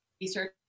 research